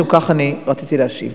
משום כך אני רציתי להשיב.